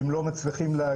כי הם לא מצליחים להגיע,